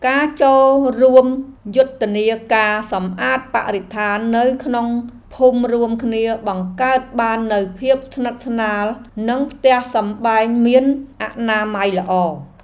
ការចូលរួមយុទ្ធនាការសម្អាតបរិស្ថាននៅក្នុងភូមិរួមគ្នាបង្កើតបាននូវភាពស្និទ្ធស្នាលនិងផ្ទះសម្បែងមានអនាម័យល្អ។